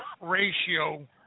ratio